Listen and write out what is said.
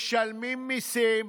משלמים מיסים,